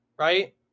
Right